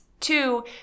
Two